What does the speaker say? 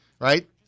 right